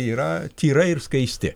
yra tyra ir skaisti